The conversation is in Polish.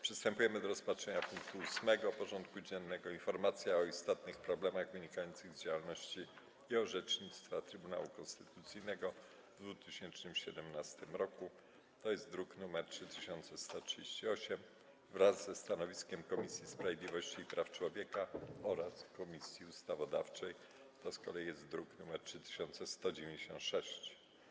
Przystępujemy do rozpatrzenia punktu 8. porządku dziennego: Informacja o istotnych problemach wynikających z działalności i orzecznictwa Trybunału Konstytucyjnego w 2017 roku (druk nr 3138) wraz ze stanowiskiem Komisji Sprawiedliwości i Praw Człowieka oraz Komisji Ustawodawczej (druk nr 3196)